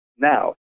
Now